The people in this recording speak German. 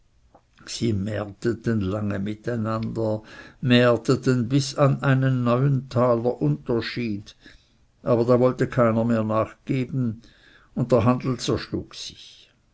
sie märteten lange miteinander märteten bis an einen neuentaler unterschied aber da wollte keiner mehr nachgeben und der handel zerschlug sich